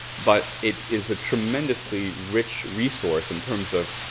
but it is a tremendously rich resource in terms of